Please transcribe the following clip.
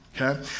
Okay